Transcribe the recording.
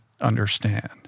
understand